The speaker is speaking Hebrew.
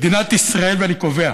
מדינת ישראל, ואני קובע,